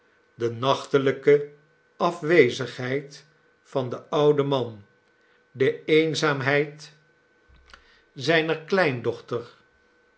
de nachtelijke afwezigheid van den ouden man de eenzaamheid zijner kleindochter